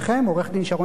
עורכת-דין שרון שנהב,